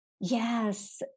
yes